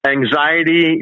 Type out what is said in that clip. anxiety